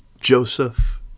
Joseph